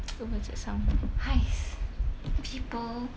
!hais! people